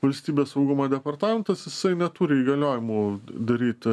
valstybės saugumo departamentas jisai neturi įgaliojimų daryt